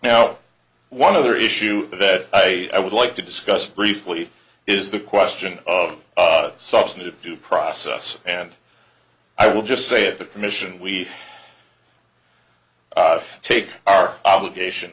now one other issue that i would like to discuss briefly is the question of substantive due process and i will just say at the commission we take our obligation